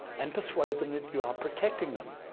and persuade them that you are protecting them.